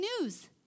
news